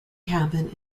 cabin